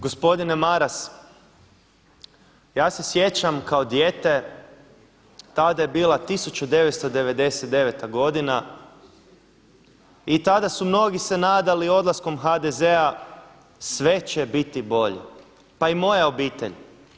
Gospodine Maras, ja se sjećam kao dijete tada je bila 1999. godina i tada su mnogi se nadali odlaskom HDZ-a sve će biti bolje, pa i moja obitelj.